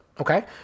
okay